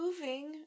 moving